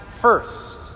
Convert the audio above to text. first